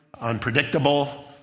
unpredictable